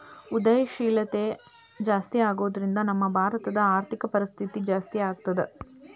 ಉದ್ಯಂಶೇಲ್ತಾ ಜಾಸ್ತಿಆಗೊದ್ರಿಂದಾ ನಮ್ಮ ಭಾರತದ್ ಆರ್ಥಿಕ ಪರಿಸ್ಥಿತಿ ಜಾಸ್ತೇಆಗ್ತದ